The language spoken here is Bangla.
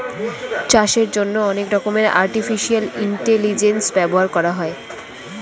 চাষের জন্যে অনেক রকমের আর্টিফিশিয়াল ইন্টেলিজেন্স ব্যবহার করা হয়